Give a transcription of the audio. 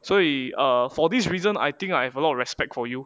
所以 err for this reason I think I have a lot of respect for you